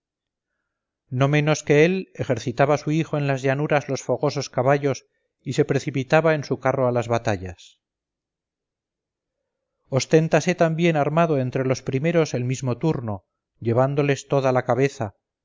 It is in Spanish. no menos que él ejercitaba su hijo en las llanuras los fogosos caballos y se precipitaba en su carro a las batallas osténtase también armado entre los primeros el mismo turno llevándoles toda la cabeza